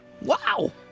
wow